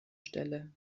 stelle